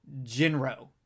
Jinro